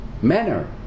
manner